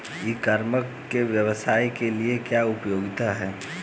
ई commerce के व्यवसाय के लिए क्या उपयोगिता है?